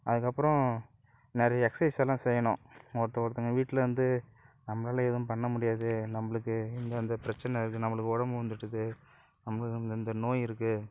அதுக்கப்பறம் நிறைய எக்ஸைஸ் எல்லாம் செய்யணும் ஒருத்த ஒருத்தவங்க வீட்டில வந்து நம்மளால் எதுவும் பண்ண முடியாது நம்மளுக்கு இந்தந்த பிரச்சனை இருக்கு நம்மளுக்கு உடம்பு விழுந்துட்டுது நம்மளுக்கு இந்தந்த நோய் இருக்கு